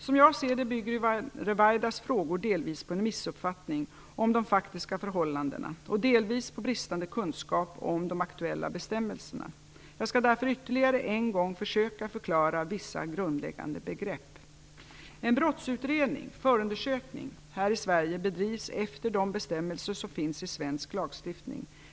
Som jag ser det bygger Yvonne Ruwaidas frågor delvis på missuppfattningar om de faktiska förhållandena, delvis på bristande kunskap om de aktuella bestämmelserna. Jag skall därför ytterligare en gång försöka förklara vissa grundläggande begrepp. En brottsutredning - förundersökning - här i Sverige bedrivs efter de bestämmelser som finns i svensk lagstiftning.